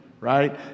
right